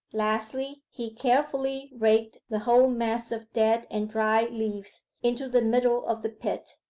lastly he carefully raked the whole mass of dead and dry leaves into the middle of the pit,